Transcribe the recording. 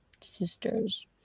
sisters